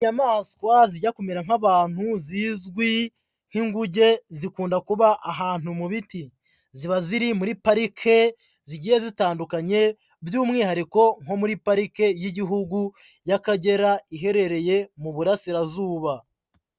Inyamaswa zijya kumera nk'abantu zizwi nk'inguge, zikunda kuba ahantu mu biti. Ziba ziri muri parike zigiye zitandukanye by'umwihariko nko muri pariki y'igihugu y'akagera iherereye mu burasirazuba.